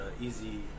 easy